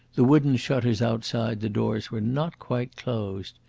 the wooden shutters outside the doors were not quite closed.